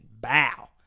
Bow